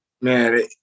Man